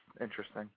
interesting